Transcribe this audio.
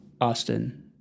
Austin